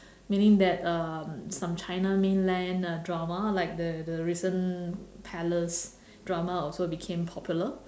meaning that um some china mainland uh drama like the the recent palace drama also became popular